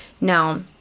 now